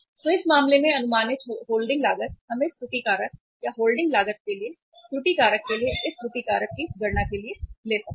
तो इस मामले में अनुमानित होल्डिंग लागत हम इस त्रुटि कारक या होल्डिंग लागत के लिए त्रुटि कारक के लिए इस त्रुटि कारक की गणना के लिए ले सकते हैं